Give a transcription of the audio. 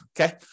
okay